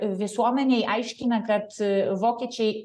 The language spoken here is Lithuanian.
visuomenei aiškina kad vokiečiai